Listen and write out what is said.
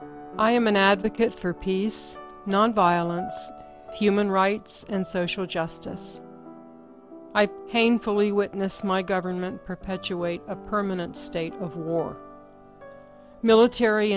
i am an advocate for peace nonviolence human rights and social justice i painfully witness my government perpetuate a permanent state of war military